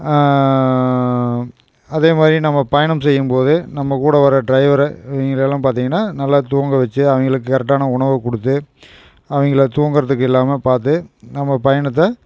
அதேமாதிரி நம்ம பயணம் செய்யும் போது நம்ம கூட வர டிரைவரை இவங்களை எல்லாம் பார்த்திங்கன்னா நல்லா தூங்க வெச்சி அவங்களுக்கு கரெக்ட்டான உணவு கொடுத்து அவங்க தூங்குகிறதுக்கு இல்லாம பார்த்து நம்ம பயணத்தை